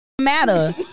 matter